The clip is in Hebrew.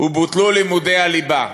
ובוטלו לימודי הליבה.